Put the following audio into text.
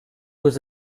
was